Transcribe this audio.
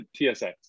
TSX